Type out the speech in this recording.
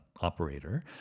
operator